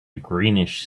greenish